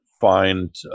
find